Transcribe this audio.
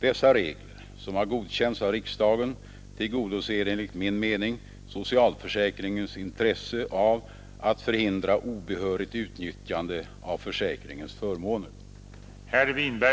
Dessa regler, som har godkänts av riksdagen, tillgodoser enligt min mening socialförsäkringens intresse av att förhindra obehörigt utnyttjande av försäkringens förmaner.